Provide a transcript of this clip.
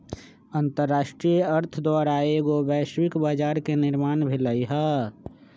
अंतरराष्ट्रीय अर्थ द्वारा एगो वैश्विक बजार के निर्माण भेलइ ह